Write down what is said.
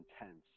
intense